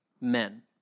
men